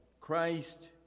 Christ